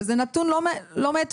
וזה נתון לא מאתמול,